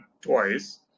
twice